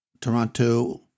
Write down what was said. Toronto